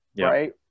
Right